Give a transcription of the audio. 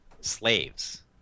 slaves